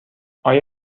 آیا